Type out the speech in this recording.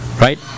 Right